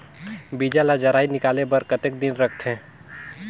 बीजा ला जराई निकाले बार कतेक दिन रखथे?